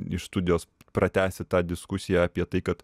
iš studijos pratęsit tą diskusiją apie tai kad